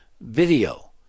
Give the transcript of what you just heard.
video